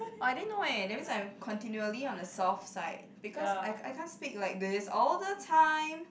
oh I didn't know leh that means I'm continually on the soft side because I I can't speak like this all the time